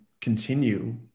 continue